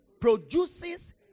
produces